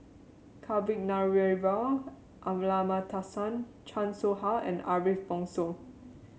Kavignareru Amallathasan Chan Soh Ha and Ariff Bongso